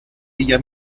ella